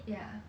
ya